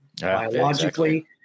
biologically